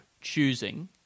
choosing